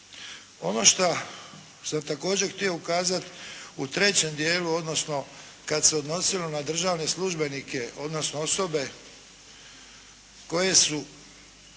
Ono što bi također htio ukazati, u trećem dijelu, odnosno kada se odnosilo na državne službenike, odnosno osobe koje su